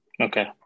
Okay